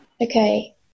okay